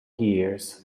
years